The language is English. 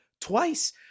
twice